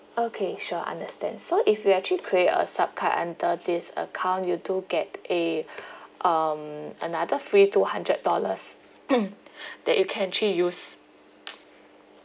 okay sure understand so if you actually create a sup card under this account you do get a um another free two hundred dollars that you can actually use